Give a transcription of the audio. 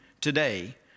today